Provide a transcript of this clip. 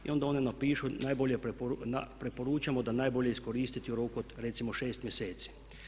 I onda one napišu najbolje preporučamo da najbolje iskoristiti u roku od recimo 6 mjeseci.